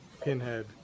Pinhead